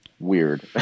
weird